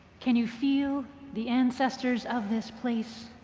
can you feel the ancestors of this place?